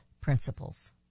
Principles